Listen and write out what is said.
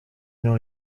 nią